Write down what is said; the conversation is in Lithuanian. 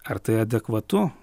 ar tai adekvatu